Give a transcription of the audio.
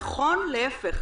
נכון להיפך,